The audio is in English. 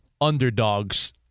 underdogs